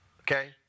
Okay